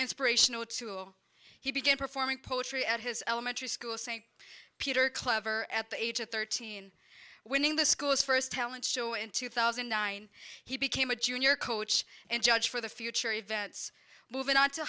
inspirational tool he began performing poetry at his elementary school st peter clever at the age of thirteen winning the school's first talent show in two thousand and nine he became a junior coach and judge for the future events moving on to